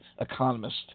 economist